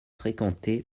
fréquenté